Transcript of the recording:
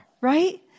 right